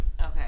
Okay